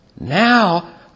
Now